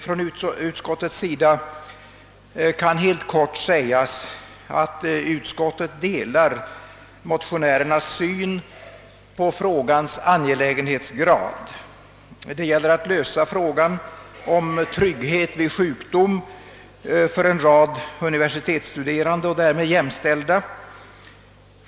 Från utskottets sida kan helt kort sägas, att utskottet delar motionärernas syn på frågans angelägenhetsgrad. Det gäller att lösa frågan om trygghet vid sjukdom för en rad universitetsstuderande och därmed jämställda.